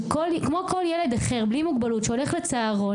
שכמו כל ילד אחר, בלי מוגבלות, שהולך לצהרון.